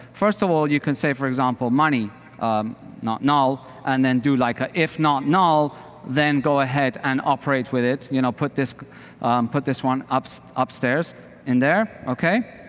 first of all, you can say for example money not now and then do like ah if not now then go ahead and operate with it. you know put this put this one so upstairs in there, okay?